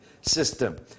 system